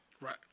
Right